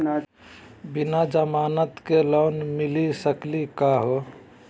बिना जमानत के लोन मिली सकली का हो?